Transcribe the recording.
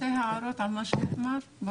אפשר שתי הערות על מה שהושמע בבקשה?